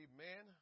Amen